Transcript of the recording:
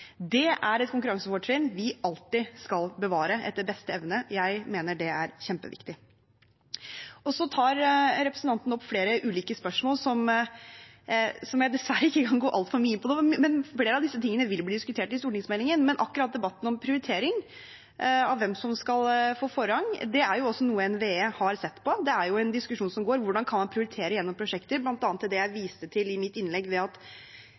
Det er et konkurransefortrinn vi alltid skal bevare etter beste evne. Jeg mener det er kjempeviktig. Representanten tar opp flere ulike spørsmål jeg dessverre ikke kan gå altfor mye inn på nå, men flere av disse tingene vil bli diskutert i stortingsmeldingen. Akkurat debatten om prioritering av hvem som skal få forrang, er også noe NVE har sett på. Det er en diskusjon som går. Hvordan kan man prioritere gjennom prosjekter? Blant annet, som jeg viste til i mitt innlegg, ved at